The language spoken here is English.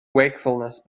wakefulness